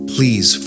Please